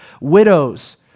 widows